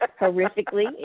horrifically